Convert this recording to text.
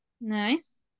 Nice